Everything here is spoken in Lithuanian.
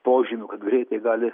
požymių kad greitai gali